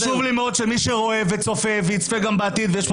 חשוב לי שמי שצופה ויצפה בעתיד ויש פה